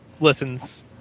listens